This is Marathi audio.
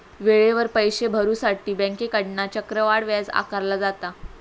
वेळेवर पैशे भरुसाठी बँकेकडना चक्रवाढ व्याज आकारला जाता